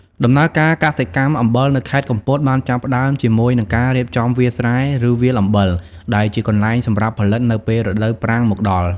ដំណើរការកសិកម្មអំបិលនៅខេត្តកំពតបានចាប់ផ្តើមជាមួយនឹងការរៀបចំវាលស្រែឬវាលអំបិល ដែលជាកន្លែងសម្រាប់ផលិតនៅពេលរដូវប្រាំងមកដល់។